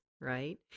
right